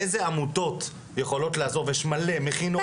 איזה עמותות יכולות לעזור ויש מלא מכינות.